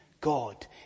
God